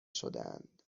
شدهاند